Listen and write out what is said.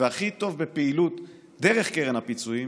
והכי טוב בפעילות דרך קרן הפיצויים